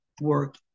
work